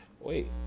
Wait